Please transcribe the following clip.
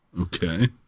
Okay